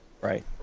Right